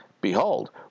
behold